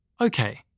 Okay